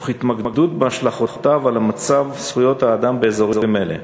תוך התמקדות בהשלכותיו על מצב זכויות האדם באזורים האלה.